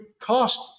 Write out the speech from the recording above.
cost